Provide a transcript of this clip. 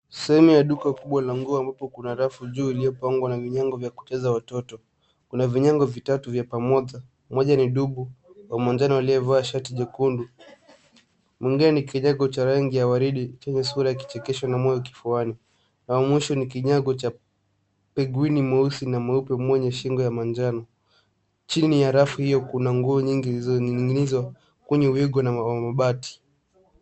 Sehemu ya duka kubwa la nguo ambapo kuna rafu juu iliyopangwa na vinyago vya kucheza watoto. Kuna vinyago vitatu vya pamoja. Moja ni dubu wa manjano aliyevaa shati jekundu, mwingine ni kinyago cha rangi ya waridi chenye sura ya kichekesho na moyo kifuani, wa mwisho ni kinyago cha pengwini mweusi na mweupe mwenye shingo ya manjano. Chini ya rafu hiyo kuna nguo nyingi zilizonining'inizwa kwenye wigo na mabati.